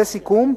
לסיכום,